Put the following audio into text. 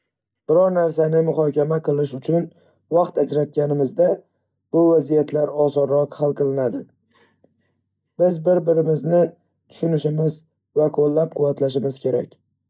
Biror narsani muhokama qilish uchun vaqt ajratganimizda, bu vaziyatlar osonroq hal qilinadi. Biz bir-birimizni tushunishimiz va qo'llab-quvvatlashimiz kerak.